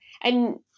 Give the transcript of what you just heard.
and-